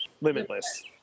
limitless